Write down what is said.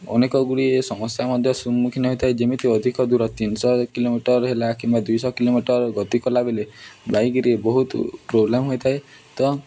ଅନେକ ଗୁଡ଼ିଏ ସମସ୍ୟା ମଧ୍ୟ ସମ୍ମୁଖୀନ ହୋଇଥାଏ ଯେମିତି ଅଧିକ ଦୂର ତିନିଶହ କିଲୋମିଟର ହେଲା କିମ୍ବା ଦୁଇଶହ କିଲୋମିଟର ଗତି କଲାବେଳେ ବାଇକ୍ରେ ବହୁତ ପ୍ରୋବ୍ଲେମ୍ ହୋଇଥାଏ ତ